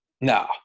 No